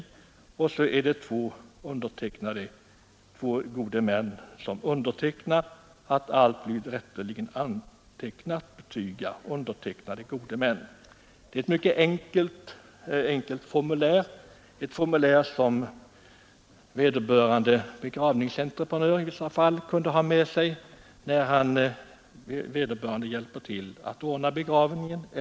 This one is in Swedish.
Sedan undertecknar två gode män formuläret under rubriken: ”Att allt blivit rätterligen antecknat betyga undertecknade gode män.” Det är ett mycket enkelt formulär, som vederbörande begravningsentreprenör kunde ha med sig när han hjälper till att ordna begravningen.